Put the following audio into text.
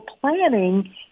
planning